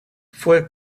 fue